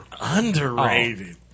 Underrated